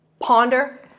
ponder